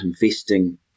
investing